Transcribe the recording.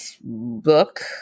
book